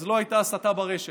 אז לא הייתה הסתה ברשת.